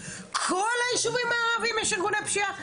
בכל היישובים הערביים יש ארגוני פשיעה?